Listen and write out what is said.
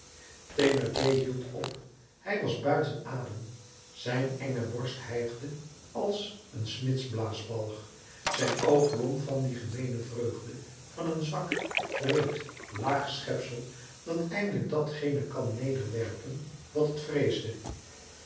thénardier hield op hij was buiten adem zijn enge borst hijgde als een smidsblaasbalg zijn oog glom van die gemeene vreugde van een zwak wreed laag schepsel dat eindelijk datgene kan nederwerpen wat het vreesde